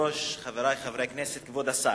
חברי חברי הכנסת, כבוד השר,